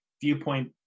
viewpoint